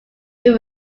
who